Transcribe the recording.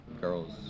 girls